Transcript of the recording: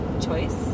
choice